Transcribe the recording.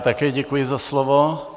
Také děkuji za slovo.